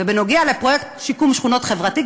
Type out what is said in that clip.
ובנוגע לפרויקט שיקום שכונות חברתי,